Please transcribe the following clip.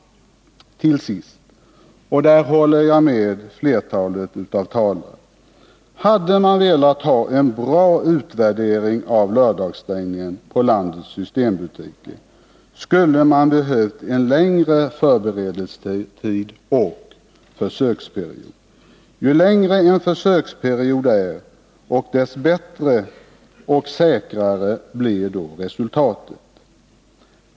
Till sist, och här håller jag med flertalet av de tidigare talarna: Hade man velat ha en bra utvärdering av lördagsstängningen på landets systembutiker, skulle man behövt en längre förberedelsetid och försöksperiod. Ju längre en försöksperiod är, desto bättre och säkrare blir resultatet.